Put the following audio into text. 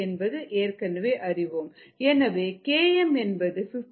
எனவே Km என்பது 58